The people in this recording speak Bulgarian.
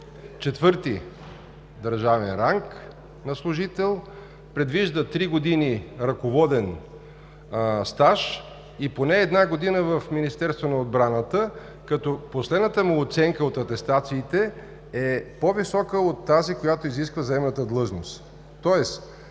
за IV държавен ранг на служител; три години ръководен стаж и поне една година в Министерството на отбраната, като последната му оценка от атестациите е по-висока от тази, която се изисква за заеманата длъжност.